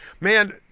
man